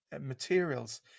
materials